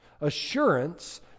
Assurance